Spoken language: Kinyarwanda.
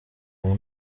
ubu